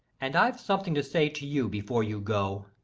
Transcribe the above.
and i've something to say to you before you go.